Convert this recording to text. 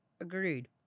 Agreed